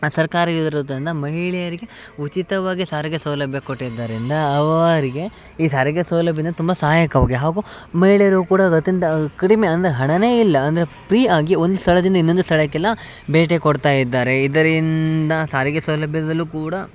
ಸರ್ಕಾರ ಇರೋದರಿಂದ ಮಹಿಳೆಯರಿಗೆ ಉಚಿತವಾಗಿ ಸಾರಿಗೆ ಸೌಲಭ್ಯ ಕೊಟ್ಟಿದ್ದರಿಂದ ಅವರಿಗೆ ಈ ಸಾರಿಗೆ ಸೌಲಭ್ಯದಿಂದ ತುಂಬ ಸಹಾಯಕವಾಗಿ ಹಾಗೂ ಮಹಿಳೆಯರು ಕೂಡ ಅದು ಅತ್ಯಂತ ಕಡಿಮೆ ಅಂದರೆ ಹಣವೇ ಇಲ್ಲ ಅಂದರೆ ಪ್ರೀ ಆಗಿ ಒಂದು ಸ್ಥಳದಿಂದ ಇನ್ನೊಂದು ಸ್ಥಳಕ್ಕೆಲ್ಲ ಭೇಟಿ ಕೊಡ್ತಾ ಇದ್ದಾರೆ ಇದರಿಂದ ಸಾರಿಗೆ ಸೌಲಭ್ಯದಲ್ಲೂ ಕೂಡ